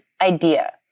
idea